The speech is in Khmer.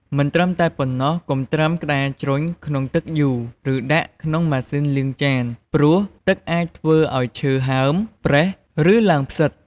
មិនត្រឹមតែប៉ុណ្ណោះ កុំត្រាំក្ដារជ្រុញក្នុងទឹកយូរ ឬដាក់ក្នុងម៉ាស៊ីនលាងចាន ព្រោះទឹកអាចធ្វើឲ្យឈើហើម ប្រេះ ឬឡើងផ្សិត។